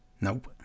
Nope